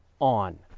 on